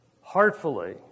heartfully